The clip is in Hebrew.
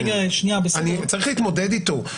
צריך להתמודד איתו.